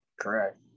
Correct